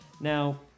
Now